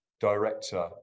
director